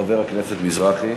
חבר הכנסת מזרחי.